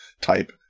type